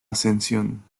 ascensión